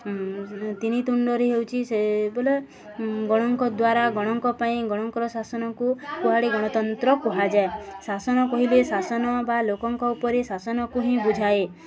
ତିନି ତୁଣ୍ଡରେ ହେଉଛି ସେ ବୋଲେ ଗଣଙ୍କ ଦ୍ୱାରା ଗଣଙ୍କ ପାଇଁ ଗଣଙ୍କର ଶାସନକୁ କୁହାଡ଼ ଗଣତନ୍ତ୍ର କୁହାଯାଏ ଶାସନ କହିଲେ ଶାସନ ବା ଲୋକଙ୍କ ଉପରେ ଶାସନକୁ ହିଁ ବୁଝାଏ